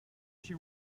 she